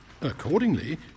Accordingly